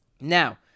Now